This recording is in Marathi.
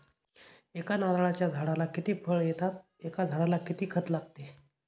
एका नारळाच्या झाडाला किती फळ येतात? एका झाडाला किती खत लागते?